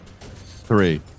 Three